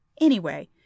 Anyway